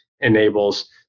enables